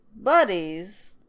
buddies